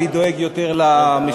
מי דואג יותר למשילות,